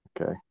Okay